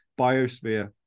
biosphere